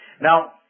Now